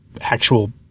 actual